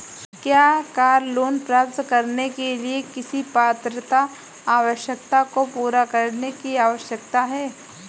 क्या car loan प्राप्त करने के लिए किसी पात्रता आवश्यकता को पूरा करने की आवश्यकता है?